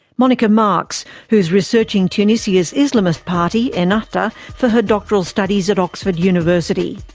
monica marks, who is researching tunisia's islamist party ennahda for her doctoral studies at oxford university.